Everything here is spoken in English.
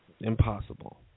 impossible